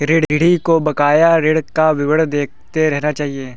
ऋणी को बकाया ऋण का विवरण देखते रहना चहिये